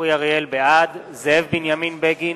בעד זאב בנימין בגין,